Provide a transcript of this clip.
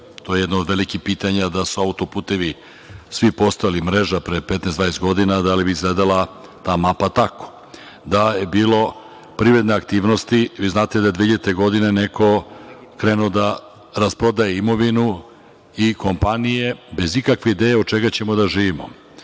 To je jedno od velikih pitanja da su autoputevi svi postali mreža, a pre 15, 20 godina da li bi izgledala ta mapa tako da je bilo privredne aktivnosti. Vi znate da je 2000. godine neko krenuo da rasprodaje imovinu i kompanije bez ikakve ideje od čega ćemo da živimo.